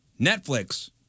Netflix